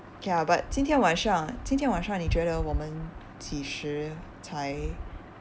okay ah but 今天晚上今天晚上你觉得我们几时才